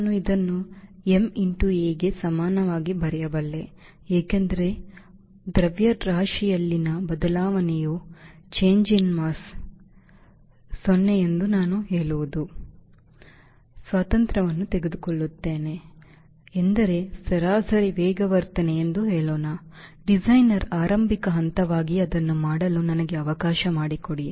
ನಾನು ಇದನ್ನು m a ಗೆ ಸಮನಾಗಿ ಬರೆಯಬಲ್ಲೆ ಏಕೆಂದರೆ ದ್ರವ್ಯರಾಶಿಯಲ್ಲಿನ ಬದಲಾವಣೆಯು ನಗಣ್ಯ ಎಂದು ನಾನು ಹೇಳುವುದke ಸ್ವಾತಂತ್ರ್ಯವನ್ನು ತೆಗೆದುಕೊಳ್ಳುತ್ತಿದ್ದೇನೆ ಎಂದರೆ ಸರಾಸರಿ ವೇಗವರ್ಧನೆ ಎಂದು ಹೇಳೋಣ ಡಿಸೈನರ್ ಆರಂಭಿಕ ಹಂತವಾಗಿ ಅದನ್ನು ಮಾಡಲು ನನಗೆ ಅವಕಾಶ ಮಾಡಿಕೊಡಿ